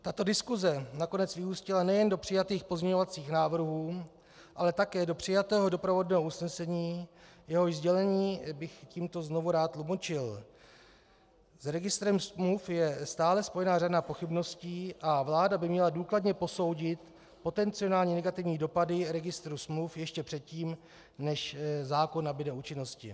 Tato diskuse nakonec vyústila nejen do přijatých pozměňovacích návrhů, ale také do přijatého doprovodného usnesení, jehož sdělení bych tímto znovu rád tlumočil: S registrem smluv je stále spojena řada pochybností a vláda by měla důkladně posoudit potenciální negativní dopady registru smluv ještě předtím, než zákon nabude účinnosti.